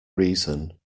reason